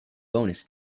bonus